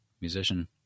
musician